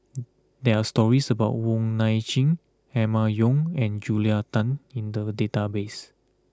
there are stories about Wong Nai Chin Emma Yong and Julia Tan in the database